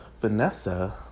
Vanessa